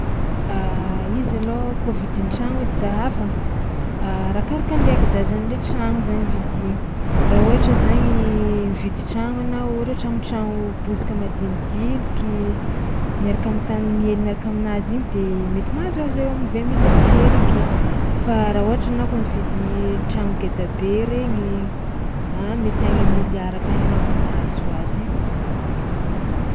Izy alôha kôa vidin-tragno edy zahavagna arakaraka an'le agedazan'le tragno zany vidiny ,raha ôhatra zagny mividy tragno anao ohatra hoe tragnotragno bozaka madinidiniky miaraka am'tany mie- miaraka aminazy igny de mety mahazoazo eo am'vingt millions mahery ake fa raha ohatra anao kôa mividy tragno geda be regny, ah mety agny am'milliard akagny anao vao mahazo azy ai.